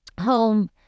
home